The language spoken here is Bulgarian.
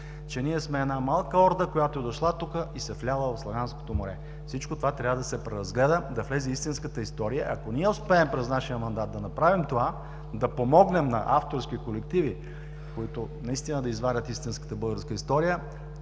че ние сме една малка орда, която е дошла тук и се е вляла в славянското море. Всичко това трябва да се преразгледа и да влезе истинската история. Ако през нашия мандат успеем да направим това, да помогнем на авторски колективи, които да извадят истинската българска история,